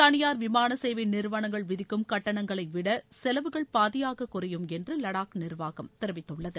தனியார் விமான சேவை நிறுவனங்கள் விதிக்கும் கட்டணங்களை விட செலவுகள் பாதியாக குறையும் என்று லடாக் நிர்வாகம் தெரிவித்துள்ளது